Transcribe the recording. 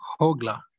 Hogla